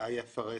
ה-IFRS